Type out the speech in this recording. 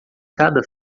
cada